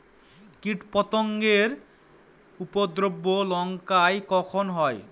কীটপতেঙ্গর উপদ্রব লঙ্কায় কখন হয়?